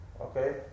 okay